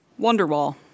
Wonderwall